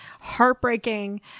heartbreaking